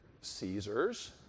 Caesar's